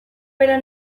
bera